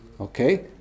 Okay